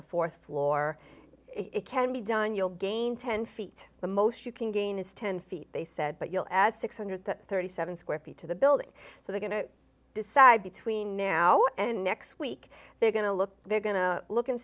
the th floor it can be done you'll gain ten feet the most you can gain is ten feet he said but you'll add six hundred and thirty seven square feet to the building so they're going to decide between now and next week they're going to look they're going to look and